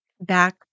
back